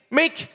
make